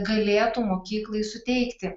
galėtų mokyklai suteikti